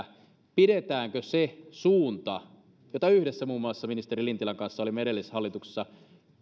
pidetäänkö se suunta jota yhdessä muun muassa ministeri lintilän kanssa olimme edellisessä hallituksessa